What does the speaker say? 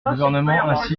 gouvernement